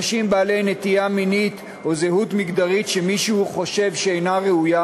אנשים בעלי נטייה מינית או זהות מגדרית שמישהו חושב שאינה ראויה.